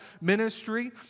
ministry